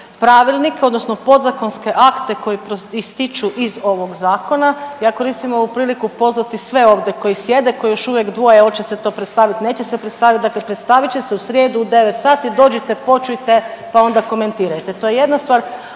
odnosno podzakonske akte koji proističu iz ovog zakona. Ja koristim ovu priliku pozvati sve ovdje koji sjede koji još uvijek dvoje oće se to predstavit, neće se predstavit, dakle predstavit će se u srijedu u 9 sati, dođite, počujte, pa onda komentirajte, to je jedna stvar.